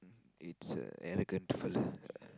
it's a arrogant fella